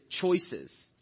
choices